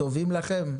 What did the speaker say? טובים לכם?